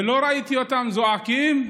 ולא ראיתי אותם זועקים: